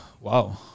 Wow